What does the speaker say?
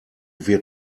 wird